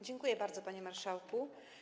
Dziękuję bardzo, panie marszałku.